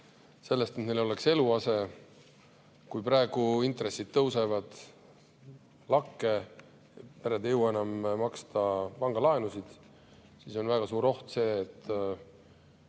sellest, et neil oleks eluase. Kui praegu intressid tõusevad lakke, pered ei jõua enam maksta pangalaenusid, siis on väga suur oht, et